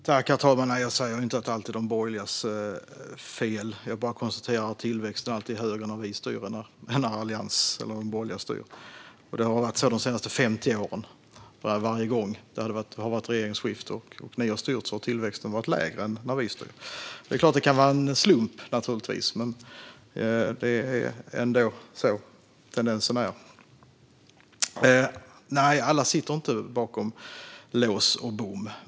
Herr talman! Jag säger inte att allt är de borgerligas fel. Jag konstaterar bara att tillväxten alltid är högre när vi styr än när de borgerliga styr. Så har det varit de senaste 50 åren. Varje gång det har varit regeringsskifte och ni har styrt har tillväxten varit lägre än när vi har styrt. Det kan naturligtvis vara en slump, men det är ändå så tendensen är. Nej, alla sitter inte bakom lås och bom.